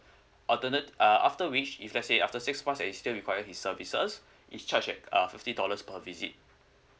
alternate uh after which if let's say after six months and you still require his services he charge at uh fifty dollars per visit